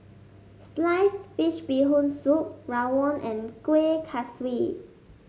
Sliced Fish Bee Hoon Soup rawon and Kueh Kaswi